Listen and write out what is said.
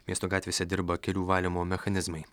miesto gatvėse dirba kelių valymo mechanizmai